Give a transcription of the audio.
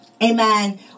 Amen